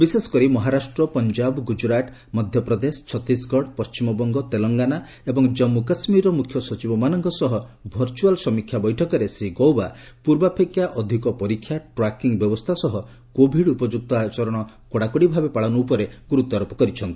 ବିଶେଷକରି ମହାରାଷ୍ଟ୍ର ପଞ୍ଜାବ ଗୁକ୍ତରାଟ ମଧ୍ୟପ୍ରଦେଶ ଛତିଶଗଡ ପଣ୍ଟିମବଙ୍ଗ ତେଲଙ୍ଗାନା ଏବଂ ଜଜ୍ଞ କାଶ୍ରୀରର ମ୍ରଖ୍ୟ ସଚିବମାନଙ୍କ ସହ ଭର୍ଚ୍ଚଆଲ ସମୀକ୍ଷା ବୈଠକରେ ଶ୍ରୀ ଗୌବା ପୂର୍ବାପେକ୍ଷା ଅଧିକ ପରୀକ୍ଷା ଟ୍ରାକିଂ ବ୍ୟବସ୍ଥା ସହ କୋଭିଡ୍ ଉପଯ୍ରକ୍ତ ଆଚରଣ କଡାକଡି ଭାବେ ପାଳନ ଉପରେ ଗ୍ରରତ୍ୱାରୋପ କରିଚ୍ଛନ୍ତି